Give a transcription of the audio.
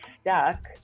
stuck